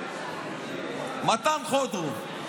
מתן חודורוב,